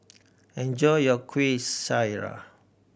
enjoy your Kueh Syara